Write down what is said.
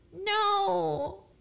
no